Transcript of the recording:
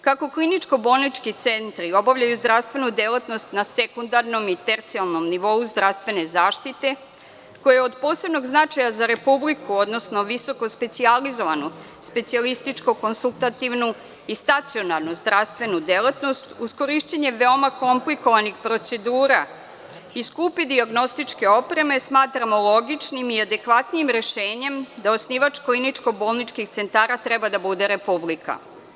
Kako kliničko-bolnički centri obavljaju zdravstvenu delatnost na sekundarnom i tercijalnom nivou zdravstvene zaštite, koja je od posebnog značaja za Republiku, odnosno visoko specijalizovanu, specijalističku konsultativnu i stacionarnu zdravstvenu delatnost, uz korišćenje veoma komplikovanih procedura i skupe dijagnostičke opreme, smatralo logičnim i adekvatnim rešenjem da osnivač kliničko-bolničkih centara treba da bude Republika.